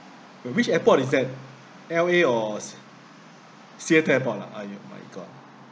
uh which airport is that L_A or C F F airport ah !aiyo! my god